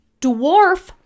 dwarf